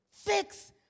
Fix